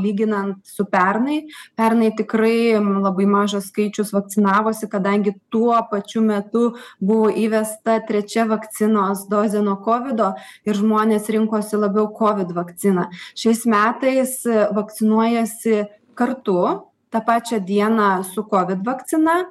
lyginant su pernai pernai tikrai labai mažas skaičius vakcinavosi kadangi tuo pačiu metu buvo įvesta trečia vakcinos dozė nuo kovido ir žmonės rinkosi labiau covid vakciną šiais metais vakcinuojasi kartu tą pačią dieną su covid vakcina